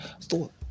thought